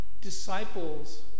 disciples